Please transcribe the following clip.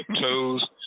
toes